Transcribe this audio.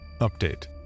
Update